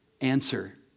answer